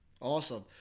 Awesome